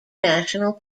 national